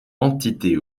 entité